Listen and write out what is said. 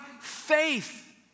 faith